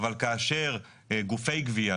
אבל כאשר גופי גבייה,